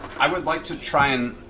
i would like to try and